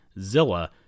Zilla